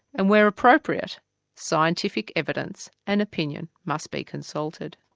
and where appropriate scientific evidence and opinion must be consulted.